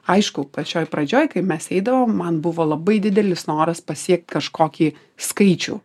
aišku pačioj pradžioj kai mes eidavom man buvo labai didelis noras pasiekt kažkokį skaičių